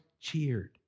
cheered